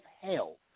hell